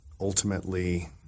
Ultimately